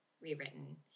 rewritten